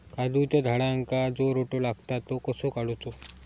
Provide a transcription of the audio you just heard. काजूच्या झाडांका जो रोटो लागता तो कसो काडुचो?